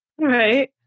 Right